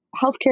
healthcare